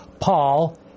Paul